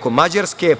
preko Mađarske.